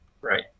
right